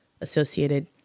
associated